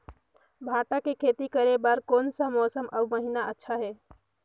भांटा के खेती करे बार कोन सा मौसम अउ महीना अच्छा हे?